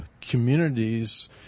communities